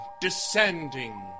descending